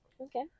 Okay